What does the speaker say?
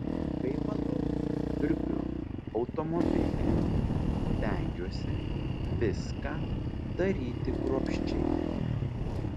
kai valau siurbiu automobilį stengiuosi viską daryti kruopščiai